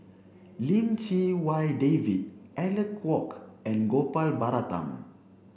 Lim Chee Wai David Alec Kuok and Gopal Baratham